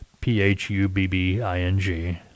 P-H-U-B-B-I-N-G